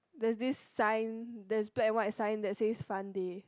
there is this sign there's black and white sign that says fun day